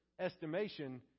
estimation